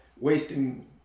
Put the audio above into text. wasting